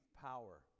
power